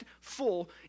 full